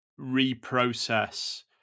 reprocess